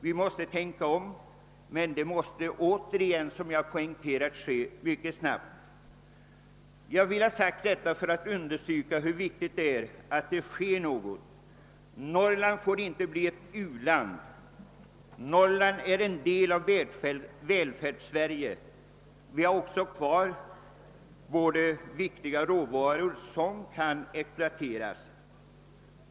Vi måste tänka om men vi måste, som jag poängterat, göra det snabbt. Jag har velat säga detta för att understryka hur viktigt det är att något sker. Norrland får inte bli ett u-land — det är en del av Välfärdssverige. Där finns viktiga råvaror som kan exploateras.